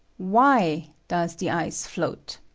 why does the ice float?